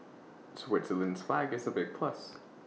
Switzerland's flag is A big plus